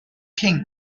king